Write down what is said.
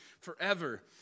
forever